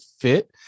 fit